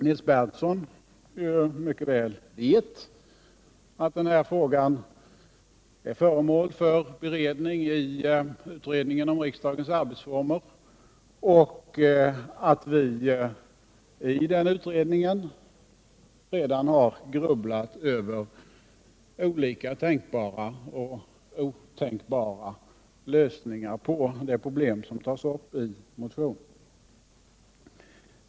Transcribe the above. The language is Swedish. Nils Berndtson mycket väl vet att den här frågan är föremål för beredning i utredningen om riksdagens arbetsformer och att vi i den utredningen redan har grubblat över olika tänkbara och otänkbara lösningar på det problem som tas upp i motionen.